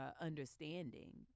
understanding